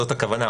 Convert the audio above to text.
זאת הכוונה,